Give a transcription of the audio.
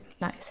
nice